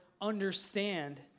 understand